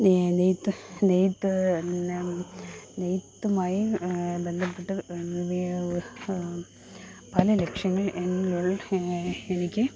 നെയ്ത്ത് നെയ്ത്ത് എന്നാം നെയ്ത്തുമായി ബന്ധപ്പെട്ട് പല ലക്ഷ്യങ്ങൾ എന്നിലുള്ളിൽ എനിക്ക്